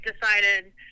decided